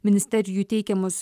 ministerijų teikiamus